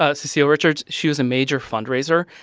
ah cecile richards she was a major fundraiser.